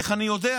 איך אני יודע?